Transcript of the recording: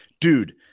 dude